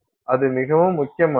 அது மிகவும் முக்கியமானது